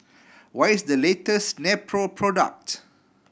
what is the latest Nepro product